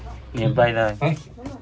nearby lah